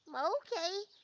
okay.